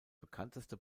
bekannteste